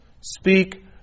Speak